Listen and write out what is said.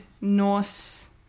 Norse